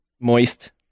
Moist